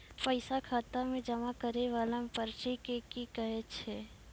पैसा खाता मे जमा करैय वाला पर्ची के की कहेय छै?